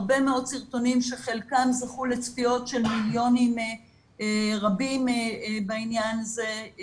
הרבה מאוד סרטונים שחלקם זכו לצפיות של מיליונים רבים בעניין הזה.